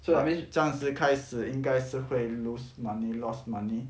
but 暂时开始应该是会 lose money loss money